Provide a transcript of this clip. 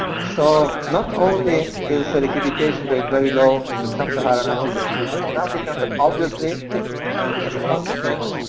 so not only is the electrification rate very low in sub-saharan africa, excluding south africa, but obviously and as a consequence,